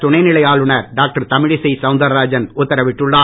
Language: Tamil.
துணைநிலை ஆளுநர் டாக்டர் தமிழிசை சவுந்தரராஜன் உத்தரவிட்டுள்ளார்